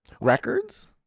records